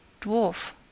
Dwarf